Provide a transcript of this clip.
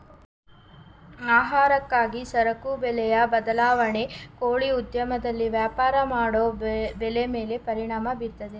ಆಹಾರಕ್ಕಾಗಿ ಸರಕು ಬೆಲೆಯ ಬದಲಾವಣೆ ಕೋಳಿ ಉದ್ಯಮದಲ್ಲಿ ವ್ಯಾಪಾರ ಮಾಡೋ ಬೆಲೆ ಮೇಲೆ ಪರಿಣಾಮ ಬೀರ್ತದೆ